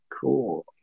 Cool